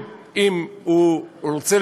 וכשבאתי למשרד הפנים,